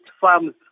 farms